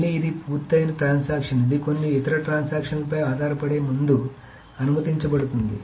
మళ్లీ ఇది పూర్తయిన ట్రాన్సాక్షన్ ఇది కొన్ని ఇతర ట్రాన్సాక్షన్ లపై ఆధారపడే ముందు అనుమతించబడుతుంది